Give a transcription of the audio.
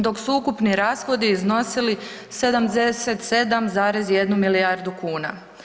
Dok su ukupni rashodi iznosili 77,1 milijardu kuna.